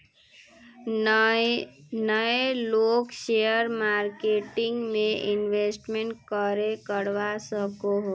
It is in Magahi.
नय लोग शेयर मार्केटिंग में इंवेस्ट करे करवा सकोहो?